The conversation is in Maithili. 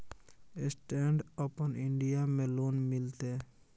स्टैंड अपन इन्डिया में लोन मिलते?